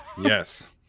yes